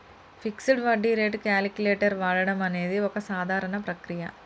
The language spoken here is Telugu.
ఫిక్సడ్ వడ్డీ రేటు క్యాలిక్యులేటర్ వాడడం అనేది ఒక సాధారణ ప్రక్రియ